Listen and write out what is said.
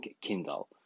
Kindle